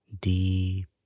Deep